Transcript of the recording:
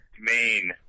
Maine